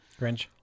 Grinch